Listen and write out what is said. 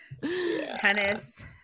Tennis